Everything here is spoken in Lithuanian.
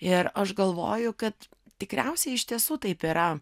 ir aš galvoju kad tikriausiai iš tiesų taip yra